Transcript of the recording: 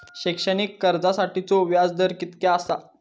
शैक्षणिक कर्जासाठीचो व्याज दर कितक्या आसा?